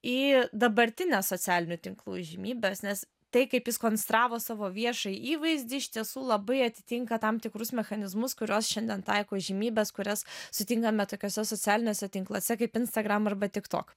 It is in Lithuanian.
į dabartines socialinių tinklų įžymybes nes tai kaip jis konstravo savo viešą įvaizdį iš tiesų labai atitinka tam tikrus mechanizmus kuriuos šiandien taiko įžymybės kurias sutinkame tokiuose socialiniuose tinkluose kaip instagram arba tik tok